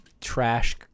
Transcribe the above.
trash